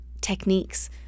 techniques